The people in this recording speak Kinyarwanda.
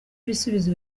ibisubizo